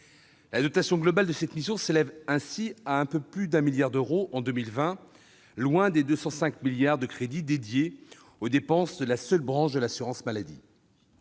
La dotation globale de cette mission s'élève, ainsi, à un peu plus d'un milliard d'euros en 2020, bien loin des 205 milliards de crédits consacrés aux dépenses de la seule branche de l'assurance maladie.